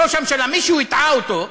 ראש הממשלה, מישהו הטעה אותו,